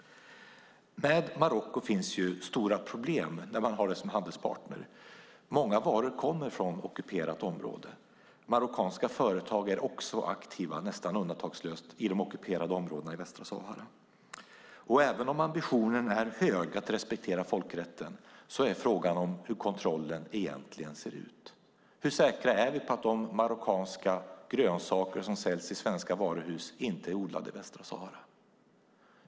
Det finns stora problem med Marocko som handelspartner. Många varor kommer från ockuperat område. Marockanska företag är nästan undantagslöst aktiva i de ockuperade områdena i Västsahara. Även om ambitionen att respektera folkrätten är hög är frågan hur kontrollen egentligen ser ut. Hur säkra är vi på att de marockanska grönsaker som säljs i svenska varuhus inte är odlade i Västsahara?